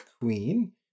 queen